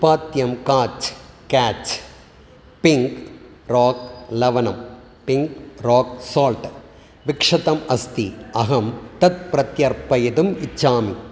उत्पाद्यं Catch Catch pink rock लवणं pink rock salt विक्षतम् अस्ति अहं तत् प्रत्यर्पयितुम् इच्छामि